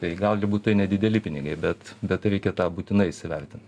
tai gali būt tai nedideli pinigai bet bet reikia tą būtinai įsivertint